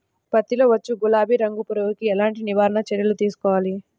పత్తిలో వచ్చు గులాబీ రంగు పురుగుకి ఎలాంటి నివారణ చర్యలు తీసుకోవాలి?